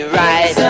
right